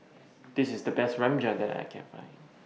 This IS The Best Rajma that I Can Find